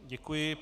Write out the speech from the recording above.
Děkuji.